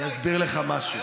אני אסביר לך משהו,